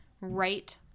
right